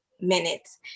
minutes